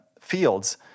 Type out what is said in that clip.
fields